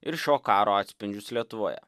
ir šio karo atspindžius lietuvoje